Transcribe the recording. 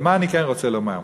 אבל מה אני כן רוצה לומר?